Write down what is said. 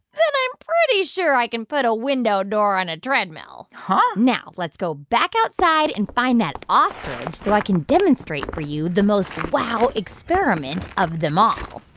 then i'm pretty sure i can put a window door on a treadmill huh? now let's go back outside and find that ostrich, so i can demonstrate for you the most wow experiment of them all.